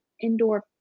indoor